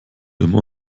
immer